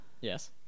Yes